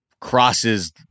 crosses